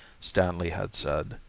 stanley had said.